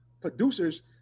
producers